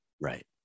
Right